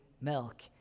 milk